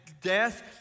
death